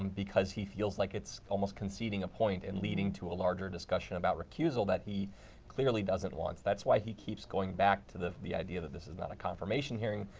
um because he feels like it's almost conceding a point and leading to a larger discussion about recusal that he clearly doesn't want. that's why he keeps going back to the the idea that this is not a confirmation hearing,